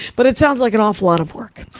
but it sounds like an awful lot of work.